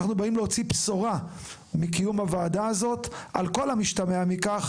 אנחנו באים להוציא בשורה מקיום הוועדה הזאת על כל המשתמע מכך.